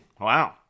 Wow